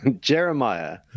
Jeremiah